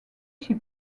chez